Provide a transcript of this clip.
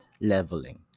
leveling